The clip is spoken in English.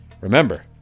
Remember